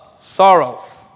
sorrows